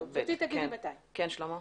כן, שלמה.